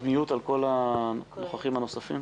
תודה.